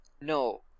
No